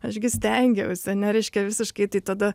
aš gi stengiausi nereiškia visiškai tai tada